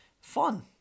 fun